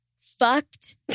fucked